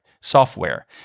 software